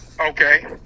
okay